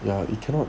ya it cannot